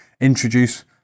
introduce